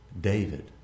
David